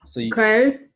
Okay